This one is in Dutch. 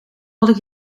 hadden